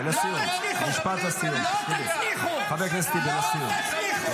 --- חבר הכנסת שקלים, אתה כבר בקריאה.